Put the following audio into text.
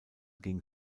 ging